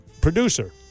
producer